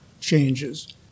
changes